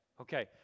Okay